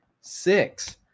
six